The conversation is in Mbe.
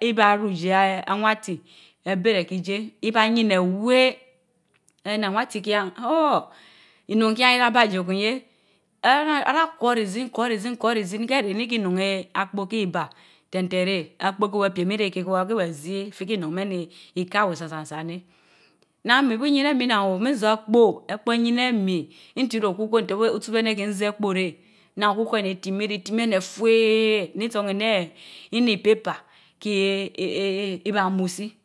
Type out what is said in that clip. iba ru jie anwati, abeh reh ki ijie, ibaa yienewéh erun anor awati kien huh! inunjien iyabab jie kun yeh eehen ara hor rizia, kor rizin korizin keh reh ineh keh inuun yie apoo keh ibaa. tenten reh apoo keh weh piem jie reh keh wa beh weh zii ifi keh inuun meen neh ika san san san neh. naan mii bu iyin emi nnan oo. Min zór epoò epoò eyien emii, ntiki okuko teh weh otsu béh eneh kimin zie epo reh, naan okuko etimii, etimii eneh fuee ni itsòn enèh, nheh ipaper kie. eeh Îbaamu sii